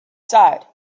side